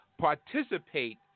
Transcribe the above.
Participate